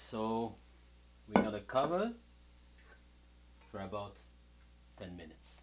so we've got a cover for about ten minutes